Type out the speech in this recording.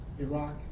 Iraq